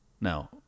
Now